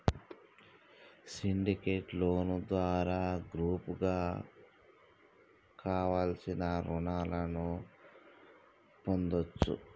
syndicate loan ద్వారా గ్రూపుగా కావలసిన రుణాలను పొందొచ్చు